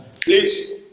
please